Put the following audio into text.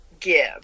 give